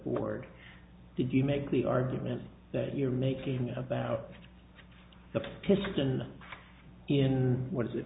board did you make the argument that you're making about the piston in what is